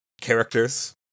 characters